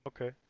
Okay